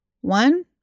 One